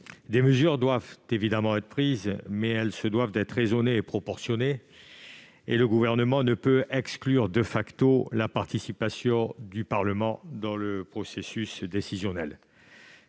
Des mesures doivent évidemment être prises, mais elles se doivent d'être raisonnées et proportionnées, et le Gouvernement ne peut exclure la participation du Parlement dans le processus décisionnel.